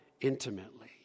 intimately